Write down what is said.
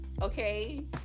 okay